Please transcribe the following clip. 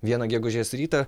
vieną gegužės rytą